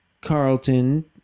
carlton